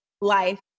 life